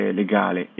legale